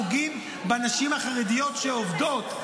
פוגעים בנשים החרדיות שעובדות,